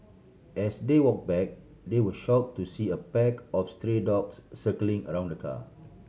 as they walk back they were shock to see a pack of stray dogs circling around the car